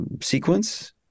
sequence